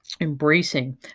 embracing